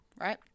right